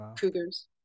cougars